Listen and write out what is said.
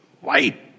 white